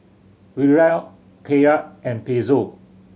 Riyal Kyat and Peso